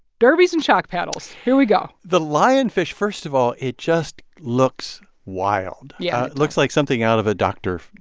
derbies and shock paddles here we go the lionfish first of all, it just looks wild yeah looks like something out of a dr.